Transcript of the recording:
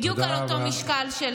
בדיוק על אותו משקל תודה רבה.